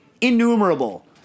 innumerable